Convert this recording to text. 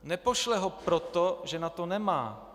Nepošle ho proto, že na to nemá.